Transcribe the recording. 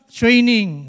training